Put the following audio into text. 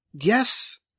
Yes